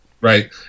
Right